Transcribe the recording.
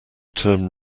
term